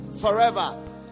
forever